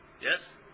Yes